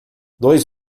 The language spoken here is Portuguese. dois